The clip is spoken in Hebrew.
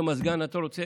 איזה מזגן אתה רוצה,